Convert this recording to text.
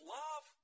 love